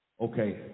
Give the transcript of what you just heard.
Okay